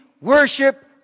worship